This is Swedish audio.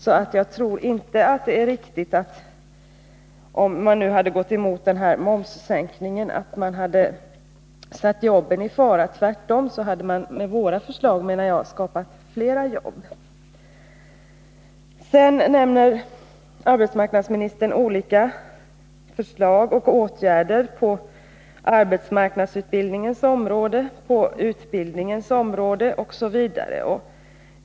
Så jag tror inte att det är riktigt att man hade satt jobben i fara om man hade gått emot momssänkningen. Tvärtom hade man med våra förslag, menar jag, skapat fler jobb. Sedan nämner arbetsmarknadsministern olika förslag och åtgärder på arbetsmarknadsutbildningens område, på utbildningens område osv.